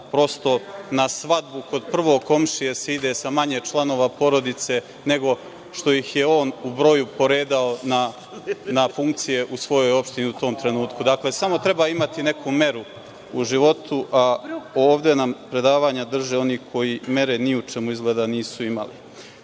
prosto, na svadbu kod prvog komšije se ide sa manje članova porodice nego što ih je on u broju poređao na funkcije u svojoj opštini u tom trenutku. Dakle, samo treba imati neku meru u životu. Ovde nam predavanja drže oni koji mere ni u čemu izgleda nisu imali. Zakon